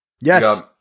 Yes